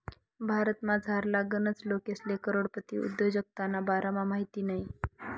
भारतमझारला गनच लोकेसले करोडपती उद्योजकताना बारामा माहित नयी